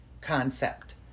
concept